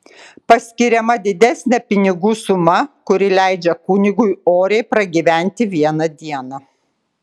paskiriama didesnė pinigų suma kuri leidžia kunigui oriai pragyventi vieną dieną